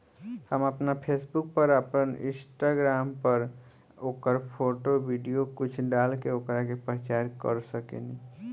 हम आपना फेसबुक पर, आपन इंस्टाग्राम पर ओकर फोटो, वीडीओ कुल डाल के ओकरा के प्रचार कर सकेनी